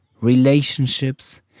relationships